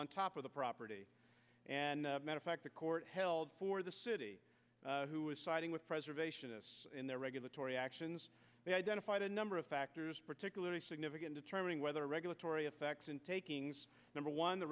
on top of the property and matter fact the court held for the city who was siding with preservationists in their regulatory actions they identified a number of factors particularly significant determining whether regulatory effects in takings number one the